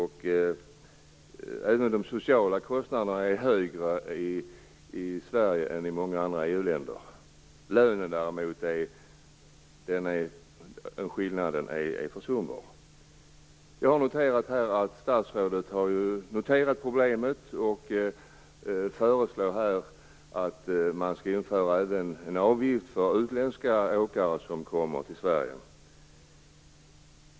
Även de sociala kostnaderna är högre i Sverige än i andra EU länder. Skillnaden i lön är däremot försumbar. Jag har noterat att statsrådet har uppmärksammat problemet och föreslår att man skall införa en avgift för utländska åkare som kommer till Sverige.